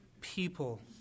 people